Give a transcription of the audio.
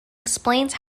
explains